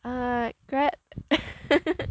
err grab